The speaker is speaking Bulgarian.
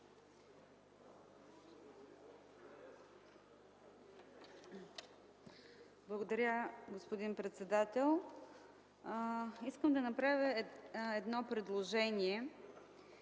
Благодаря, господин председател. Искам да направя едно предложение.